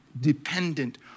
dependent